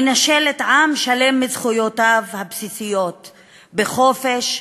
המנשלת עם שלם מזכויותיו הבסיסיות לחופש,